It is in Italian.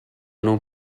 non